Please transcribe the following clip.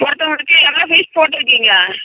ஒருத்தவங்களுக்கு எவ்வளோ ஃபீஸ் போட்டுருக்கீங்க